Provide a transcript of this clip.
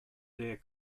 their